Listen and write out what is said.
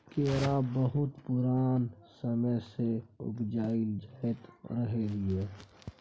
केरा बहुत पुरान समय सँ उपजाएल जाइत रहलै यै